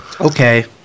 Okay